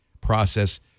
process